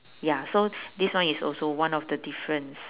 ya so this one is also one of the difference